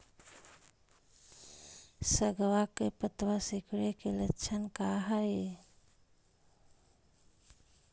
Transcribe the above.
सगवा के पत्तवा सिकुड़े के लक्षण का हाई?